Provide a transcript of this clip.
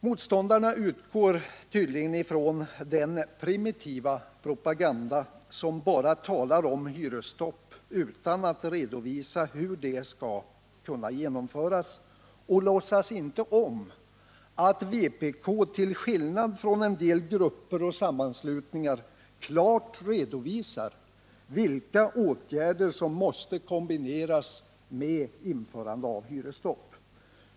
Utskottet utgår tydligen från den primitiva propaganda som bara talar om hyresstopp utan att redovisa hur det skall kunna genomföras, och de låtsas inte om att vpk — till skillnad från en del grupper och sammanslutningar — klart redovisar vilka åtgärder som måste kombineras med införandet av hyresstopp.